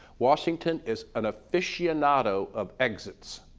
washington is an aficionado of exits.